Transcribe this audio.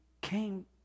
came